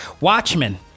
Watchmen